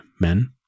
men